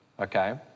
okay